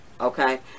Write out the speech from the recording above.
okay